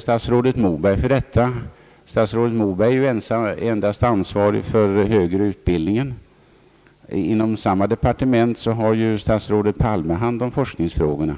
statsrådet Moberg för detta; han är endast ansvarig för den högre utbildningen. Inom samma departement har ju statsrådet Palme hand om forskningsfrågorna.